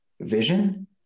vision